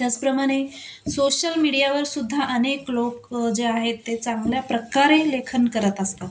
त्याचप्रमाणे सोशल मीडियावरसुद्धा अनेक लोक जे आहेत ते चांगल्या प्रकारे लेखन करत असतात